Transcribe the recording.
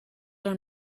are